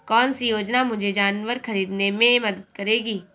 कौन सी योजना मुझे जानवर ख़रीदने में मदद करेगी?